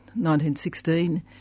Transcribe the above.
1916